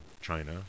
China